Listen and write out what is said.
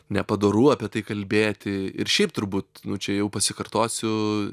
nepadoru apie tai kalbėti ir šiaip turbūt čia jau pasikartosiu